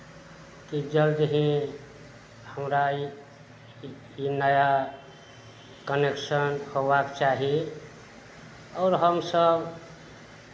कि जल्द ही हमरा ई ई नया कनेक्शन होयबाक चाही आओर हमसभ